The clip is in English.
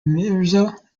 mirza